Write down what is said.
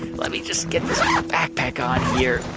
let me just get this backpack on here